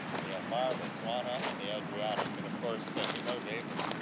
myanmar, botswana and the adriatic. and, of course, if you know david,